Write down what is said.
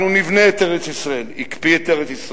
אנחנו נבנה את ארץ-ישראל, הקפיא את ארץ-ישראל.